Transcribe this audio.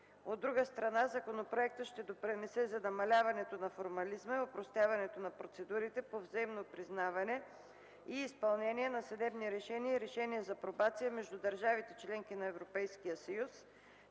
От друга страна, законопроектът ще допринесе за намаляването на формализма и опростяването на процедурите по взаимно признаване и изпълнение на съдебни решения и решения за пробация между държавите - членки на Европейския съюз,